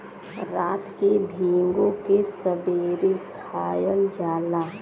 रात के भिगो के सबेरे खायल जाला